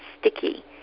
sticky